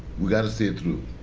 we got to see it through.